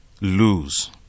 lose